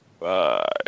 Bye